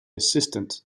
assistant